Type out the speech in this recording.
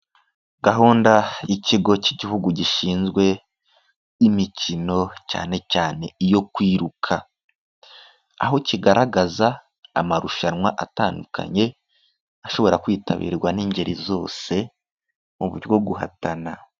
Gahunda y'ikigo cy'Igihugu gishinzwe imikino cyane cyane iyo kwiruka. Aho kigaragaza amarushanwa atandukanye ashobora kwitabirwa n'ingeri zose mu buryo guhatana.